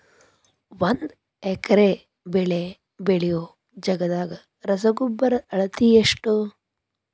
ಒಂದ್ ಎಕರೆ ಬೆಳೆ ಬೆಳಿಯೋ ಜಗದಾಗ ರಸಗೊಬ್ಬರದ ಅಳತಿ ಎಷ್ಟು?